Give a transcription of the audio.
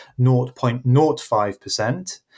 0.05%